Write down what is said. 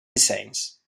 dissenys